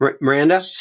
Miranda